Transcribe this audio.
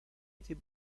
était